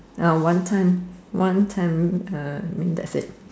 uh one time one time um I mean that's it